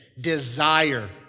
desire